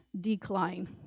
decline